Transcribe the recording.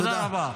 תודה רבה.